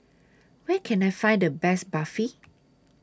Where Can I Find The Best Barfi